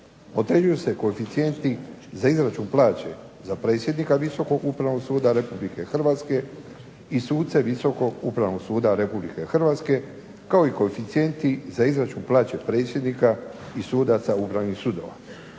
određuju se koeficijenti za izračun plaće za predsjednika Visokog upravnog suda Republike Hrvatske i suce Visokog upravnog suda Republike Hrvatske kao i koeficijenti za izračun plaće predsjednika i sudaca Upravnih sudova.